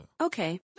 Okay